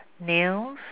nails